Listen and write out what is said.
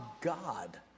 God